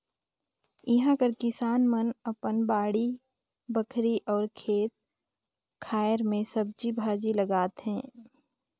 इहां कर किसान मन अपन बाड़ी बखरी अउ खेत खाएर में सब्जी भाजी लगाथें